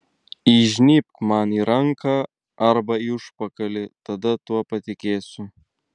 įžnybk man į ranką arba į užpakalį tada tuo patikėsiu